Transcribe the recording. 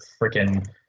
freaking